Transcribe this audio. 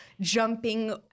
jumping